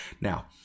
Now